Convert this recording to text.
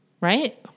right